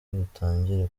butangire